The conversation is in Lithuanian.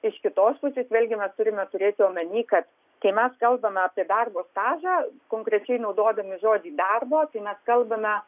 iš kitos pusės vėlgi mes turime turėti omeny kad kai mes kalbame apie darbo stažą konkrečiai naudodami žodį darbo tai mes kalbame